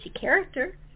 character